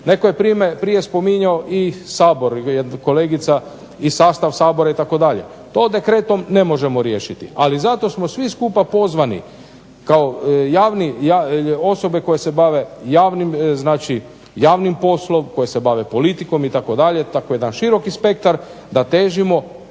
Netko je prije spominjao i Sabor i sastav Sabora itd., to dekretom ne možemo riješiti, ali zato smo svi skupa pozvani kao osobe koje se bave javnim poslom, koje se bave politikom, to je jedan široki spektar da težimo